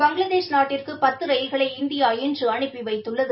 பங்ளாதேஷ் நாட்டிற்கு பத்து ரயில்களை இந்தியா இன்று அனுப்பி வைத்துள்ளது